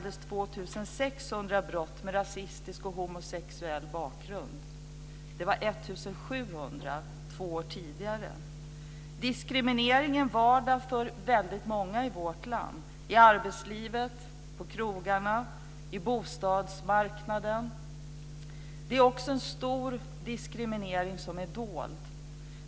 1999 anmäldes Det var 1 700 två år tidigare. Diskrimineringen är en vardag för väldigt många i vårt land, i arbetslivet, på krogarna, på bostadsmarknaden. Det är också en stor diskriminering som är dold.